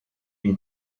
une